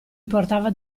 importava